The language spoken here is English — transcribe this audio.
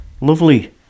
lovely